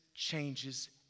changes